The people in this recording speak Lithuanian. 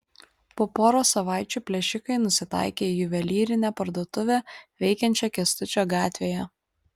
po poros savaičių plėšikai nusitaikė į juvelyrinę parduotuvę veikiančią kęstučio gatvėje